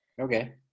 Okay